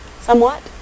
somewhat